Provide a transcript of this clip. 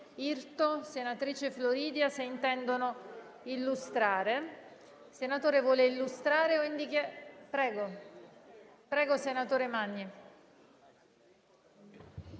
il senatore Magni